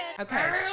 Okay